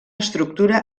estructura